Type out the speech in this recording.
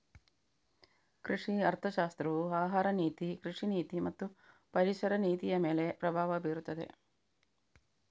ಕೃಷಿ ಅರ್ಥಶಾಸ್ತ್ರವು ಆಹಾರ ನೀತಿ, ಕೃಷಿ ನೀತಿ ಮತ್ತು ಪರಿಸರ ನೀತಿಯಮೇಲೆ ಪ್ರಭಾವ ಬೀರುತ್ತದೆ